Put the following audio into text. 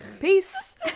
peace